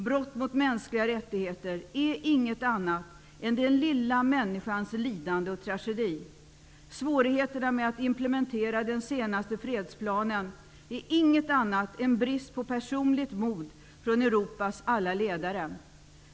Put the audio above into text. Brott mot mänskliga rättigheter är inget annat än den lilla människans lidande och tragedi. Svårigheterna med att implementera den senaste fredsplanen är inget annat än brist på personligt mod från Europas alla ledare.